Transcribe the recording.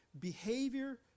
Behavior